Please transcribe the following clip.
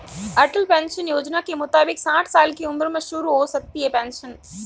अटल pension Yojana के मुताबिक साठ साल की उम्र में शुरू हो सकती है पेंशन